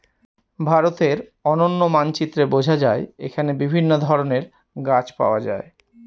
ভারতের অনন্য মানচিত্রে বোঝা যায় এখানে বিভিন্ন রকমের গাছ পাওয়া যায়